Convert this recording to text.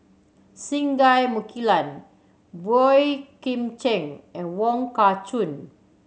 Singai Mukilan Boey Kim Cheng and Wong Kah Chun